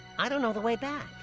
i don't know the way back!